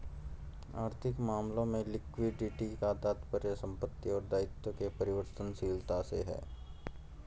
आर्थिक मामलों में लिक्विडिटी का तात्पर्य संपत्ति और दायित्व के परिवर्तनशीलता से है